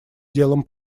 делом